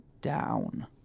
down